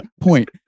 point